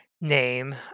name